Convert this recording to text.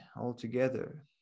altogether